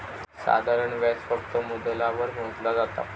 साधारण व्याज फक्त मुद्दलावर मोजला जाता